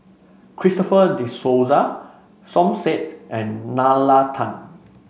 Christopher De Souza Som Said and Nalla Tan